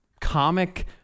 comic